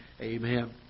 Amen